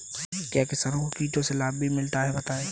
क्या किसानों को कीटों से लाभ भी मिलता है बताएँ?